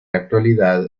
actualidad